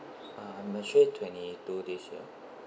uh I'm actually twenty two this year